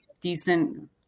decent